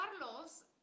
Carlos